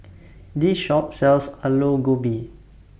This Shop sells Aloo Gobi